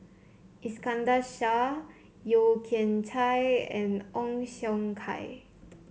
Iskandar Shah Yeo Kian Chai and Ong Siong Kai